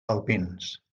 alpins